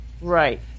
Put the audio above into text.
right